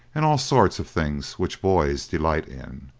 and all sorts of things which boys delight in.